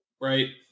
right